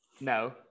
No